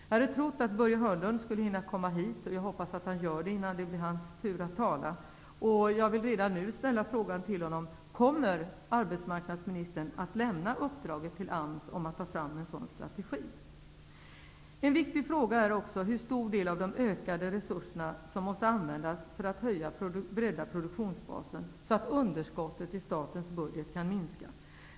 Jag hoppas att Börje Hörnlund hinner hit innan det är hans tur att tala. Jag vill redan nu ställa en fråga till honom: Kommer arbetsmarknadsministern att lämna ett uppdrag till AMS att ta fram en strategi? En viktig fråga är också hur stor del av de ökade resurserna som måste användas för att bredda produktionsbasen, så att underskottet i statens budget kan minska.